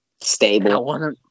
stable